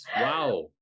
Wow